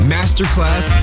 Masterclass